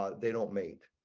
ah they don't make.